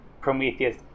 Prometheus